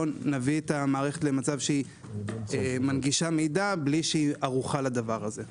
נביא את המערכת למצב שהיא מנגישה מידע בלי שהיא ערוכה לדבר הזה.